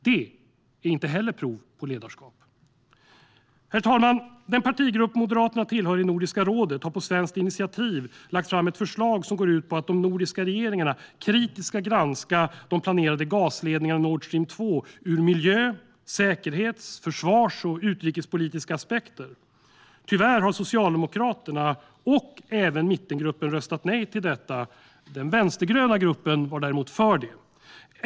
Det är inte heller prov på ledarskap. Herr talman! Den partigrupp Moderaterna tillhör i Nordiska rådet har på svenskt initiativ lagt fram ett förslag som går ut på att de nordiska regeringarna kritiskt ska granska de planerade gasledningarna Nord Stream 2 ur miljö, säkerhets, försvars och utrikespolitiska aspekter. Tyvärr har Socialdemokraterna, och även mittengruppen, röstat nej till detta. Den vänstergröna gruppen var däremot för det.